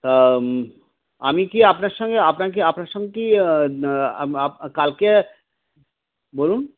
তা আমি কি আপনার সঙ্গে আপনার আপনার সঙ্গে কি কালকে বলুন